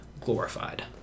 glorified